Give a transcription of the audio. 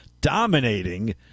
dominating